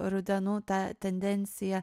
rudenų tą tendenciją